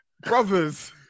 brothers